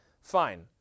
fine